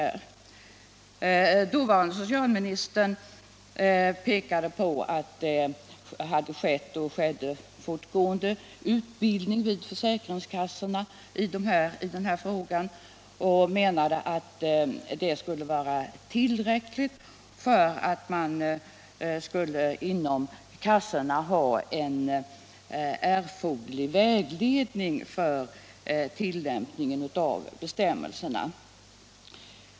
Den dåvarande socialministern framhöll att det hade skett och fortgående skedde utbildning vid försäkringskassorna i den här frågan och ansåg att den skulle vara tillräcklig som vägledning för kassorna vid tillämpningen av bestämmelserna.